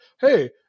hey